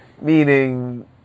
Meaning